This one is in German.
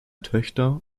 töchter